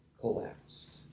collapsed